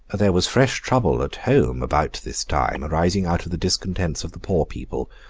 there was fresh trouble at home about this time, arising out of the discontents of the poor people,